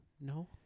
No